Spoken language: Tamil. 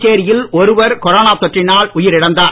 புதுச்சேரியில் ஒருவர் கொரோனா தொற்றினால் உயிரிழந்தார்